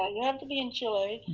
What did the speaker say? ah you have to be in chile.